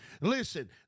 Listen